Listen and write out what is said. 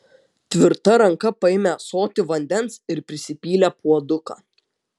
tvirta ranka paėmė ąsotį vandens ir prisipylė puoduką